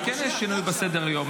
וכן יש שינוי בסדר-היום,